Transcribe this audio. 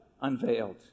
Unveiled